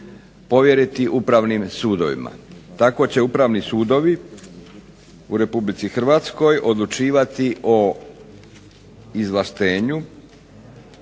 povjeriti upravnim sudovima. Tako će upravni sudovi u Republici Hrvatskoj odlučivati o izvlaštenju